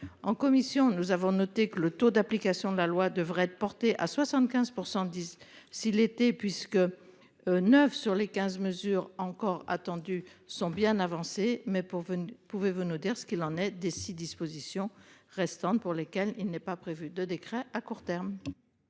en commission, nous avons noté que le taux d'application de la loi devrait être porté à 75% disent si l'été puisque. 9 sur les 15 mesures encore attendues sont bien avancées, mais pour vous ne pouvez-vous nous dire ce qu'il en ait des six dispositions restantes pour lesquels il n'est pas prévu de décrets à court terme.